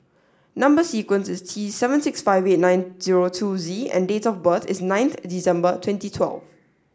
number sequence is T seven six five eight nine zero two Z and date of birth is ninth December twenty twelve